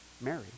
mary